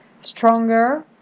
stronger